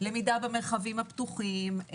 למידה במרחבים הפתוחים.